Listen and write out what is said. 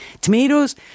Tomatoes